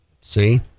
See